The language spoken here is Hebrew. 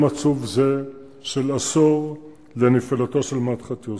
עצוב זה של עשור לנפילתו של מדחת יוסף.